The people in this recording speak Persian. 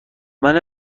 حالا